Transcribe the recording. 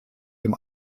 dem